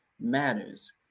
matters